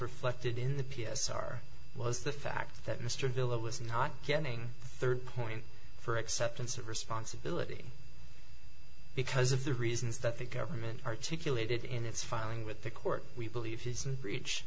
reflected in the p s r was the fact that mr avila was not getting third point for acceptance of responsibility because of the reasons that the government articulated in its filing with the court we believe his reach